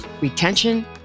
retention